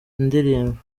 indirimbo